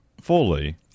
fully